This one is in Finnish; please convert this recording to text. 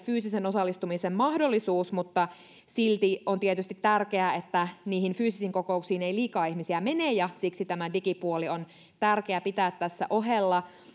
fyysisen osallistumisen mahdollisuus mutta silti on tietysti tärkeää että niihin fyysisiin kokouksiin ei liikaa ihmisiä mene ja siksi tämä digipuoli on tärkeää pitää tässä ohella